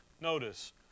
notice